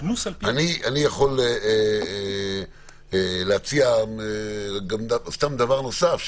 ואני יכול להציע דבר נוסף,